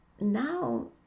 now